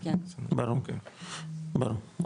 כן, ברור, ברור.